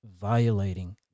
violating